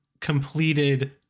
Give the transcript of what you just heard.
completed